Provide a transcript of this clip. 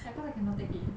because I cannot take it